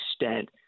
extent